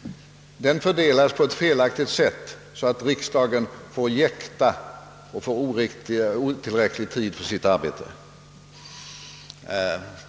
— fördelas på ett felaktigt sätt, så att riksdagen får otillräcklig tid på sig för sitt arbete och måste jäkta.